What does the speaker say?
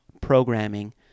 programming